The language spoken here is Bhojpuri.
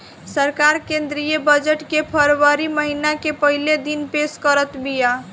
सरकार केंद्रीय बजट के फरवरी महिना के पहिला दिने पेश करत बिया